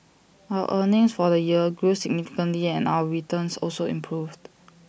our earnings for the year grew significantly and our returns also improved